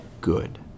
Good